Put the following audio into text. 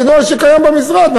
זה נוהל שקיים במשרד,